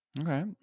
Okay